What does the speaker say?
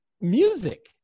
music